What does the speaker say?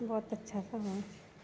बहुत अच्छा सामान छै